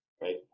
Right